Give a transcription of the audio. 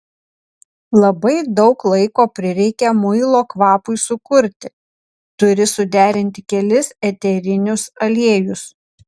labai daug laiko prireikia muilo kvapui sukurti turi suderinti kelis eterinius aliejus